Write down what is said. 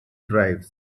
drives